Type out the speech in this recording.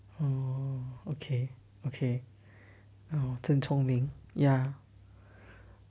mm okay okay mm 真聪明 ya